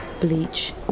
bleach